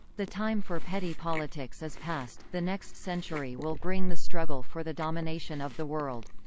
the time for petty politics is past the next century will bring the struggle for the domination of the world.